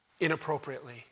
inappropriately